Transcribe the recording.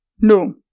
No